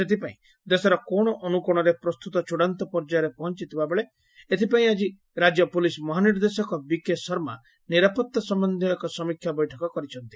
ସେଥିପାଇଁ ଦେଶର କୋଶ ଅନୁକୋଶରେ ପ୍ରସ୍ତୁତ ଚୂଡାନ୍ତ ପର୍ଯ୍ୟାୟ ପହଞ୍ଚଥିବାବେଳେ ଏଥପାଇଁ ଆଜି ରାଜ୍ୟ ପୋଲିସ ମହାନିର୍ଦ୍ଦେଶକ ବିକେ ଶର୍ମା ନିରାପଉା ସମ୍ୟନ୍ଧୀୟ ଏକ ସମୀକ୍ଷା ବୈଠକ କରିଛନ୍ତି